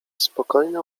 spokojne